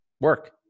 work